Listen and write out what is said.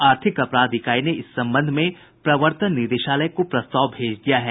आर्थिक अपराध इकाई ने इस संबंध में प्रवर्तन निदेशालय को प्रस्ताव भेज दिया है